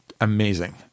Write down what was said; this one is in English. amazing